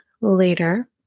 later